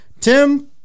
Tim